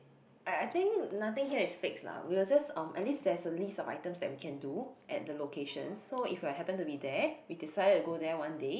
I I think nothing here is fixed lah we will just um at least there's a list of items that we can do at the locations so if we're happen to be there we decided to go there one day